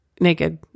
naked